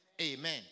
Amen